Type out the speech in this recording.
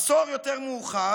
עשור יותר מאוחר,